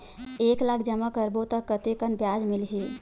एक लाख जमा करबो त कतेकन ब्याज मिलही?